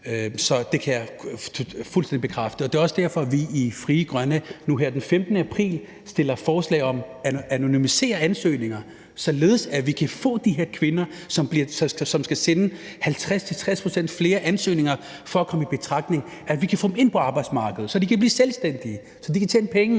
Så det kan jeg fuldstændig bekræfte. Det er også derfor, at vi i Frie Grønne nu her den 15. april fremsætter forslag om at anonymisere ansøgninger, således at vi kan få de her kvinder, som skal sende 50-60 pct. flere ansøgninger for at komme i betragtning, ind på arbejdsmarkedet – så de kan blive selvstændige, så de kan tjene penge,